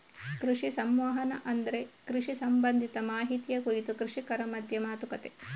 ಕೃಷಿ ಸಂವಹನ ಅಂದ್ರೆ ಕೃಷಿ ಸಂಬಂಧಿತ ಮಾಹಿತಿಯ ಕುರಿತು ಕೃಷಿಕರ ಮಧ್ಯ ಮಾತುಕತೆ